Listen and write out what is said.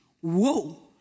whoa